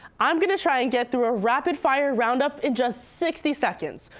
i'm going to try and get through a rapid fire roundup in just sixty seconds.